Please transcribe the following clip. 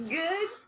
good